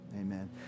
amen